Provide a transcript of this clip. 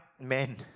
men